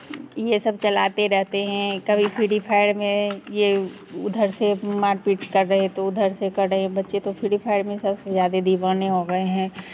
ये सब चलाते रहते हैं कभी फ्री फायर में ये उधर से मार पीट कर रहे तो उधर से कर रहे बच्चे तो फ्री फायर में सबसे ज़्यादे दीवाने हो गए हैं